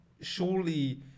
surely